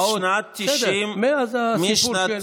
מאז הסיפור של,